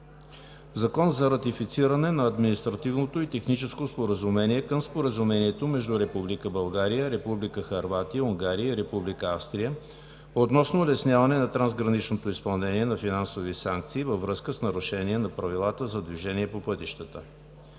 ЗАКОН за ратифициране на Административното и техническо споразумение към Споразумението между Република България, Република Хърватия, Унгария и Република Австрия относно улесняване на трансграничното изпълнение на финансови санкции във връзка с нарушения на правилата за движение по пътищата